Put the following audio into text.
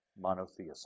monotheism